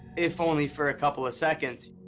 if only for a couple ah seconds.